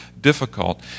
difficult